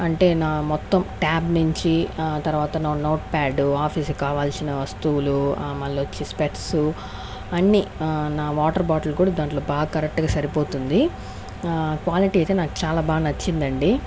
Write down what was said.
అంటే నా మొత్తం ట్యాబ్ నుంచి ఆ తర్వాత నా నోట్ ప్యాడ్ ఆఫీస్ కి కావాల్సిన వస్తువులు మళ్ళొచ్చేసి స్పెక్ట్స్ అన్ని నా వాటర్ బాటిల్ కూడా దాంట్లో బాగా కరెక్ట్ గా సరిపోతుంది క్వాలిటీ అయితే నాకు చాలా బాగా నచ్చింది అండి